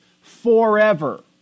forever